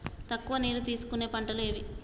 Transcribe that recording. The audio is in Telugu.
తక్కువ నీరు తీసుకునే పంటలు ఏవి?